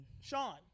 Sean